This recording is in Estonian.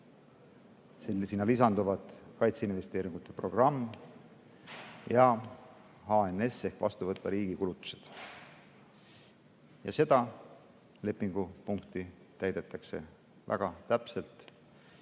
Sinna lisanduvad kaitseinvesteeringute programm ja HNS ehk vastuvõtva riigi kulutused. Seda lepingupunkti täidetakse väga täpselt.